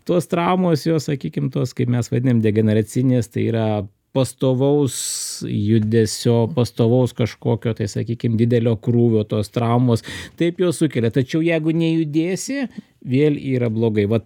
tos traumos jos sakykim tos kaip mes vadinam degeneracinės tai yra pastovaus judesio pastovaus kažkokio tai sakykim didelio krūvio tos traumos taip jos sukelia tačiau jeigu nejudėsi vėl yra blogai vat